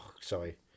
sorry